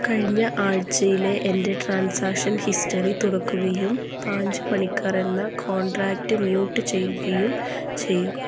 കഴിഞ്ഞ ആഴ്ചയിലെ എൻ്റെ ട്രാൻസാക്ഷൻ ഹിസ്റ്ററി തുറക്കുകയും പാഞ്ചു പണിക്കർ എന്ന കോൺടാക്റ്റ് മ്യൂട്ട് ചെയ്യുകയും ചെയ്യുക